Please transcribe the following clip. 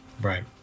Right